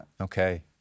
Okay